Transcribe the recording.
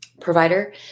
provider